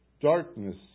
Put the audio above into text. darkness